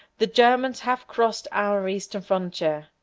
the germans have crossed our eastern frontier.